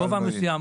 גובה מסוים,